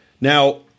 Now